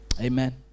Amen